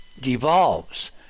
devolves